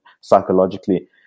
psychologically